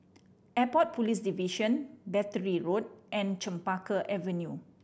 Airport Police Division Battery Road and Chempaka Avenue